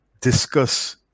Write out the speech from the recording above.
discuss